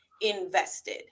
invested